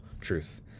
truth